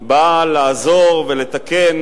בא לעזור ולתקן